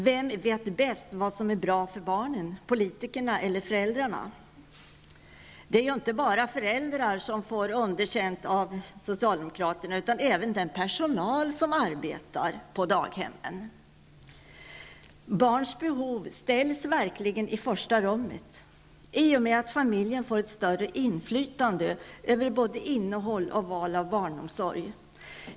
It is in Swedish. Vem vet bäst vad som är bra för barnen, politikerna eller föräldrarna? Och det är ju inte bara föräldrar som får underkänt av socialdemokraterna utan även den personal som arbetar på daghemmen. Barns behov ställs verkligen i första rummet i och med att familjen får ett större inflytande över både innehållet i och valet av barnomsorg.